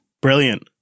Brilliant